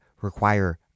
require